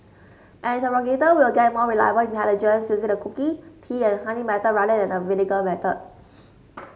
an interrogator will get more reliable intelligence the cookie tea and honey method rather than the vinegar method